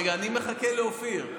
רגע, אני מחכה לאופיר.